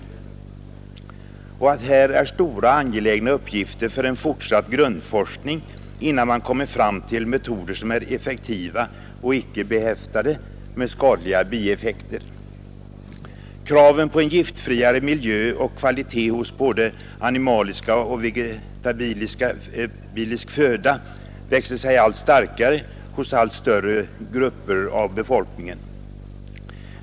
Vidare betonas att det på detta område finns angelägna uppgifter för en fortsatt grundforskning innan man kommer fram till metoder som är effektiva och icke behäftade med sådana egenskaper som kan ge skadliga bieffekter. Kraven på en giftfriare miljö och en giftfriare kvalitet hos både animalisk och vegetabilisk föda reses med allt större kraft från allt större grupper av befolkningen.